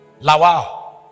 Lawa